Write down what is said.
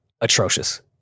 atrocious